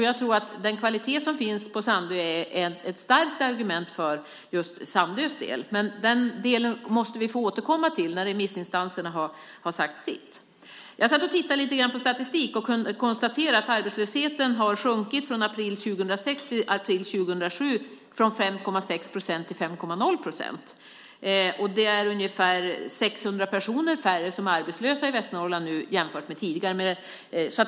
Jag tror att kvaliteten på verksamheten på Sandö är ett starkt argument för just Sandös del. Men den delen måste vi få återkomma till när remissinstanserna har sagt sitt. Jag satt och tittade lite grann på statistik och kunde konstatera att arbetslösheten har sjunkit från april 2006 till april 2007 från 5,6 procent till 5,0 procent. Det är ungefär 600 personer färre som är arbetslösa i Västernorrland nu jämfört med tidigare.